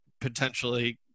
potentially